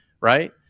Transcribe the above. right